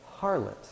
harlot